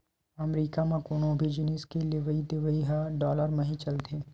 अमरीका म कोनो भी जिनिस के लेवइ देवइ ह डॉलर म ही चलथे